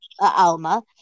Alma